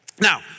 Now